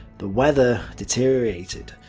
the weather deteriorated.